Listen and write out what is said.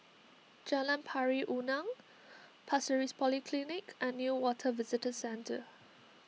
Jalan Pari Unak Pasir Ris Polyclinic and Newater Visitor Centre